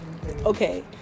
Okay